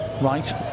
right